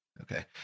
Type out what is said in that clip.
Okay